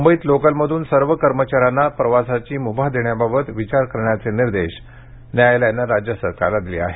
मुंबईत लोकलमधून सर्व कर्मचाऱ्यांना प्रवासाची मुभा देण्याबाबत विचार करण्याचे निर्देश मुंबई उच्च न्यायालयानं राज्य सरकारला दिले आहेत